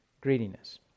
greediness